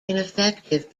ineffective